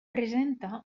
presenta